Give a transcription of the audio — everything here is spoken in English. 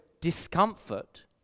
discomfort